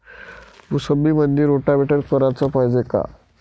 मोसंबीमंदी रोटावेटर कराच पायजे का?